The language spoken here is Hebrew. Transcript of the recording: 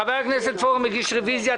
חבר הכנסת פורר מגיש רוויזיה.